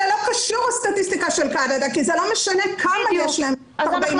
זה לא קשור הסטטיסטיקה של קנדה כי זה לא משנה כמה יש להן 40-49,